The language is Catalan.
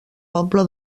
poble